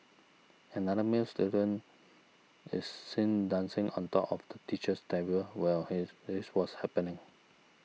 another male student is seen dancing on top of the teacher's table while his this was happening